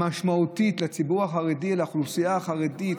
המשמעותית לציבור החרדי,